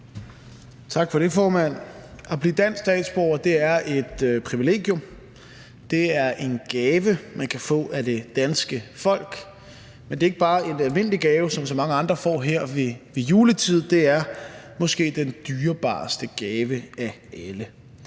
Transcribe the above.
Tak for det, formand. At blive dansk statsborger er et privilegium, det er en gave, man kan få af det danske folk, men det er ikke bare en almindelig gave, som så mange andre får her ved juletid. Det er måske den dyrebareste gave af alle.